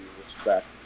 respect